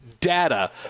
data